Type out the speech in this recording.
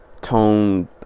tone